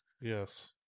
yes